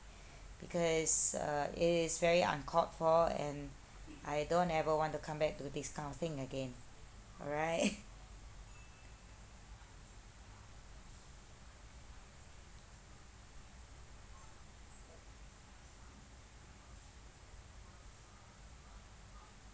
because uh it is very uncalled for and I don't ever want to come back to this kind of thing again alright